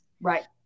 Right